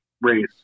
race